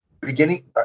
beginning